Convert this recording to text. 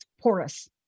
porous